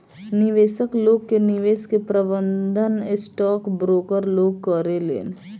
निवेशक लोग के निवेश के प्रबंधन स्टॉक ब्रोकर लोग करेलेन